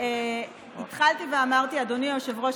התחלתי ואמרתי: אדוני היושב-ראש,